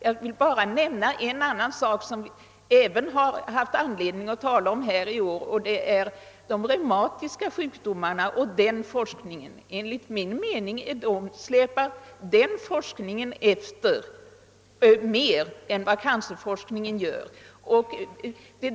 Jag vill bara nämna en annan sak som vi också haft anledning att tala om i år. Det är de reumatiska sjukdomarna och forskningen rörande dem. Enligt min mening släpar den forskningen efter mer än vad cancerforskningen gör.